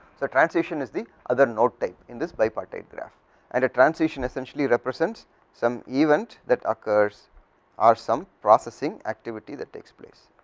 so transition is the other node type, in this bi-partite graph and transition essentially represent some event that occurs are some processing activity that takes place.